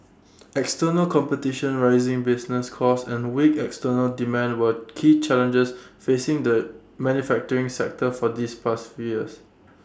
external competition rising business costs and weak external demand were key challenges facing the manufacturing sector for this past few years